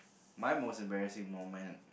my most embarrassing moment